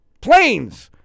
Planes